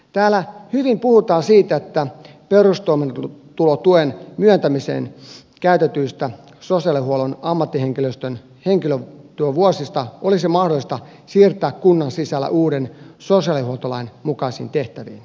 täällä hyvin puhutaan siitä että osa perustoimeentulotuen myöntämiseen käytetyistä sosiaalihuollon ammattihenkilöstön henkilötyövuosista olisi mahdollista siirtää kunnan sisällä uuden sosiaalihuoltolain mukaisiin tehtäviin